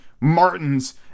Martin's